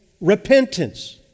Repentance